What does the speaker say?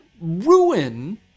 ruin